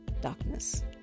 darkness